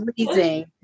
amazing